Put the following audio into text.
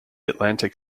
atlantic